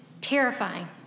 terrifying